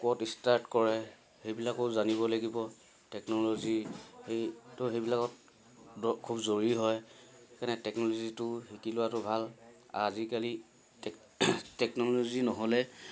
ক'ত ষ্টাৰ্ট কৰে সেইবিলাকো জানিব লাগিব টেকন'লজি সেইটো সেইবিলাকত খুব জৰুৰী হয় সেইকাৰণে টেকন'লজিটো শিকি লোৱাটো ভাল আজিকালি টেকন'লজি নহ'লে